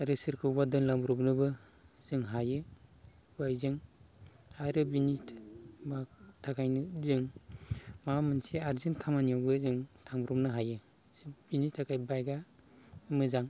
आरो सोरखौबा दोनलांब्र'बनोबो जों हायो बाइकजों आरो बिनि थाखायनो जों माबा मोनसे आरजेन्त खामानियावबो जों थांब्र'बनो हायो बिनि थाखाय बाइकआ मोजां